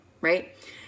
right